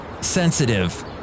sensitive